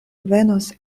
venos